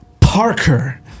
Parker